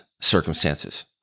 circumstances